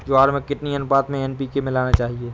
ज्वार में कितनी अनुपात में एन.पी.के मिलाना चाहिए?